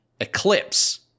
eclipse